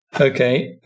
Okay